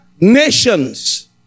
Nations